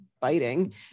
biting